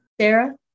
Sarah